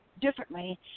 differently